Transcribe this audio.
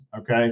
Okay